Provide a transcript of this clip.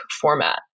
format